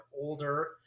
older